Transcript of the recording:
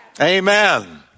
Amen